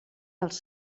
dels